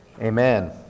amen